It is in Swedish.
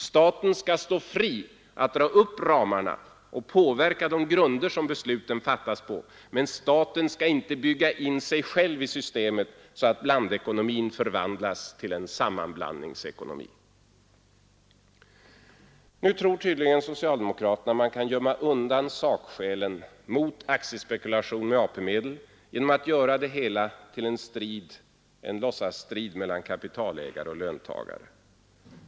Staten skall stå fri att dra upp ramar och påverka de grunder som besluten fattas på, men staten skall inte bygga in sig själv i systemet, så att blandekonomin förvandlas till en sammanblandningsekonomi. Nu tror tydligen socialdemokraterna att de kan gömma undan sakskälen mot aktiespekulationen med AP-medel genom att göra det hela till en strid — en låtsasstrid — mellan kapitalägare och löntagare.